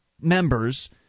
members